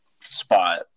spot